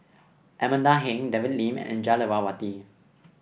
Amanda Heng David Lim and Jah Lelawati